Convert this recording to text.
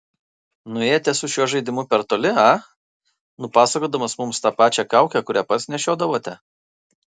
nuėjote su šiuo žaidimu per toli a nupasakodamas mums tą pačią kaukę kurią pats nešiodavote